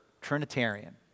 Trinitarian